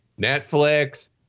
Netflix